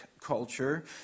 culture